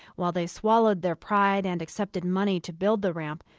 while they swallowed their pride and accepted money to build the ramp,